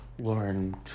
Lauren